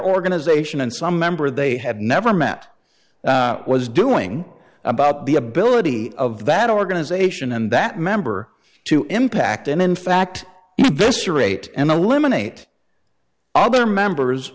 organization and some member they had never met was doing about the ability of that organization and that member to impact and in fact this rate and the eliminate other members